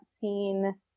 seen